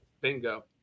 Bingo